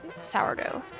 sourdough